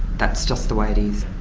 that's just the way it is.